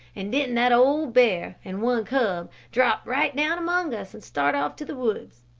and didn't that old bear and one cub drop right down among us and start off to the woods.